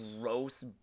gross